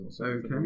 okay